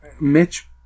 Mitch